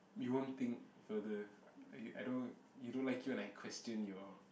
you won't think further you I don't you don't like it when I question your